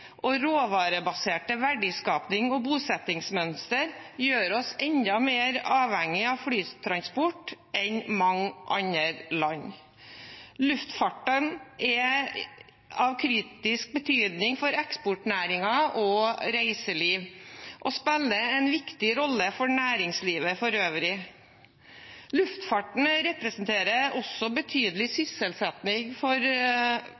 og råvarebaserte verdiskaping og bosettingsmønster gjør oss enda mer avhengige av flytransport enn mange andre land. Luftfarten er av kritisk betydning for eksportnæringen og reiseliv og spiller en viktig rolle for næringslivet for øvrig. Luftfarten representerer også betydelig